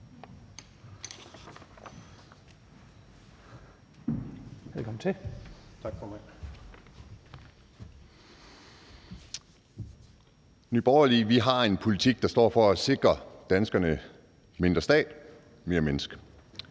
Andersen (NB): Tak, formand. I Nye Borgerlige har vi en politik, der står for at sikre danskerne mindre stat og mere menneske,